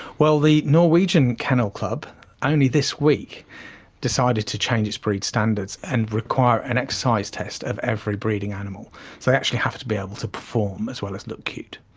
well, the norwegian kennel club only this week decided to change its breed standards and require an exercise test of every breeding animal. so they actually have to be able to perform as well as look cute.